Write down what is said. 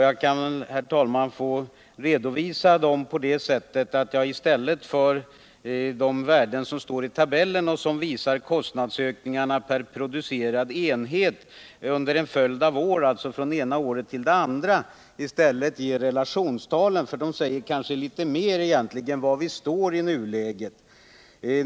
Jag kanske får redovisa den så, att jag i stället för de värden som står i tabellen och som visar kostnadsökningen per producerad enhet under en följd av år, alltså från det ena året till det andra, anger relationstalen — de säger kanske litet mera om var vi står i nuläget.